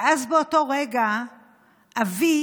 ואז באותו רגע אבי,